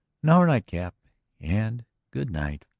now our night-cap and good night!